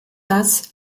das